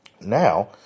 Now